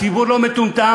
הציבור לא מטומטם.